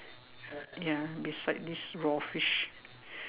ya beside this raw fish